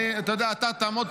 אתה לא חייב,